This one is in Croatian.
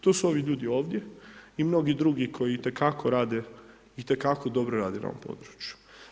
To su ovi ljudi ovdje i mnogi drugi koji itekako rade, itekako dobro rade na ovom području.